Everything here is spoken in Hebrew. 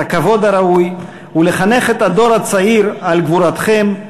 הכבוד הראוי ולחנך את הדור הצעיר על גבורתכם,